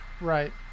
Right